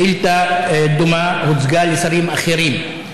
שאילתה דומה הוצגה לשרים אחרים.